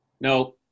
No